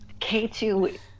K2